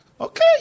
okay